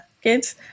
kids